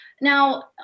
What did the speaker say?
Now